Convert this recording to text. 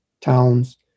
towns